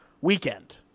weekend